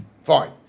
Fine